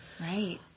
right